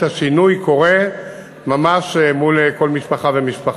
השינוי קורה ממש מול כל משפחה ומשפחה.